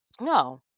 no